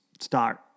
start